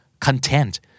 Content